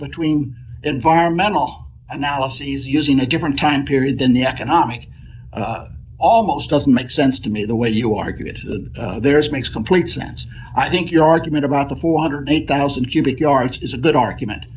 between environmental analyses using a different time period than the economic almost doesn't make sense to me the way you argue it there is makes complete sense i think your argument about the four hundred and eight gunnison cubic yards is a good argument